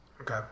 Okay